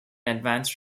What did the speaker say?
advanced